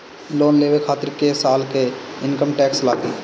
Loan लेवे खातिर कै साल के इनकम टैक्स लागी?